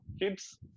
kids